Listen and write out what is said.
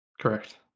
Correct